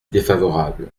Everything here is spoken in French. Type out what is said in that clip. défavorable